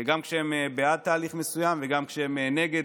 גם כשהם בעד תהליך מסוים וגם כשהם נגד.